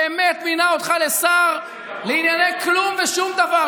באמת, הוא מינה אותך לשר לענייני כלום ושום דבר.